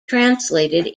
translated